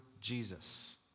Jesus